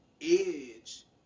edge